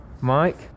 Mike